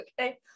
Okay